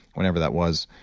whenever that was,